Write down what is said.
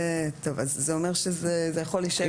זה אומר שזה יכול להישאר.